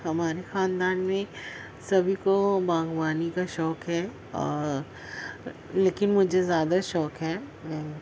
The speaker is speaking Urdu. ہمارے خاندان میں سبھی کو باغبانی کا شوق ہے اور لیکن مجھے زیادہ شوق ہے